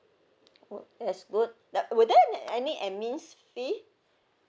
oh that's good that would there any admins fee